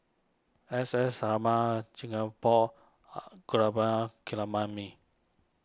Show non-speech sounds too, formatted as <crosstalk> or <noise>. S S Sarma Chia Ong Pang Are Gaurav <unintelligible>